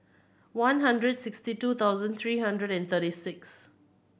one hundred sixty two thousand three hundred and thirty six